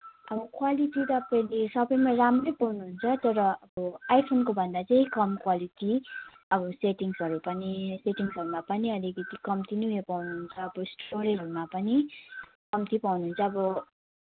अब क्वालिटी तपाईँले सबैमा राम्रै पाउनुहुन्छ तर अब आइफोनको भन्दा चाहिँ कम क्वालिटी अब सेटिङ्सहरू पनि सेटिङिसहरूमा पनि अलिकति कम्ती नै ऊ यो पाउनुहुन्छ अब स्टोरेजहरूमा पनि कम्ती पाउनुहुन्छ अब